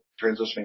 transitioning